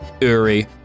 Uri